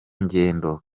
ngendo